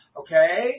okay